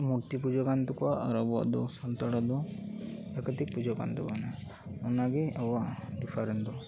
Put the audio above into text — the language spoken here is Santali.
ᱢᱩᱨᱛᱤ ᱯᱩᱡᱟᱹ ᱠᱟᱱ ᱛᱟᱠᱚᱭᱟ ᱟᱨ ᱟᱵᱚᱭᱟᱜ ᱫᱚ ᱥᱟᱱᱛᱟᱲᱟᱜ ᱫᱚ ᱯᱨᱟᱠᱮᱛᱤᱠ ᱯᱩᱡᱟᱹ ᱠᱟᱱ ᱛᱟᱵᱚᱱᱟ ᱚᱱᱟᱜᱤ ᱟᱵᱚᱭᱟᱜ ᱰᱤᱯᱷᱟᱨᱮᱱᱴ ᱫᱚ